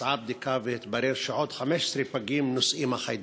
התבצעה בדיקה והתברר שעוד 15 פגים נושאים את החיידק.